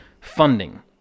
funding